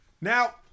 now